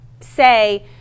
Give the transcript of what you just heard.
say